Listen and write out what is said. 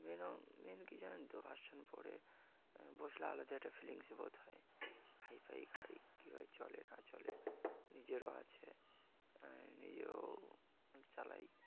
main main কী জানেন তো ভার্সন ফোরে বসলে আলাদা একটা ফিলিংস বোধ হয় হাই ফাই গাড়ি কীভাবে চলে না চলে নিজেরও আছে নিজেও চালাই